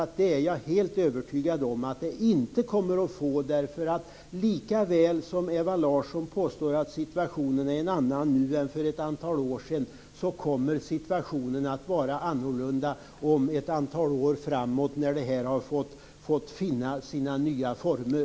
Jag är nämligen helt övertygad om att den inte får sådana konsekvenser, därför att lika väl som Ewa Larsson påstår att situationen är en annan nu än för ett antal år sedan kommer situationen att vara annorlunda om ett antal år när förändringen fått finna sina nya former.